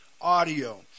audio